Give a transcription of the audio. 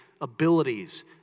abilities